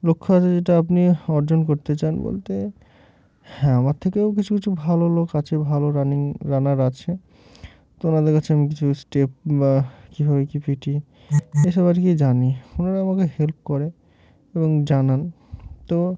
লক্ষ্য আছে যেটা আপনি অর্জন করতে চান বলতে হ্যাঁ আমার থেকেও কিছু কিছু ভালো লোক আছে ভালো রানিং রানার আছে তো ওনাদের কাছে আমি কিছু স্টেপ বা কীভাবে কী ফি টি এসব আর কি জানি ওনারা আমাকে হেল্প করে এবং জানান তো